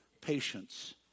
patience